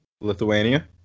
Lithuania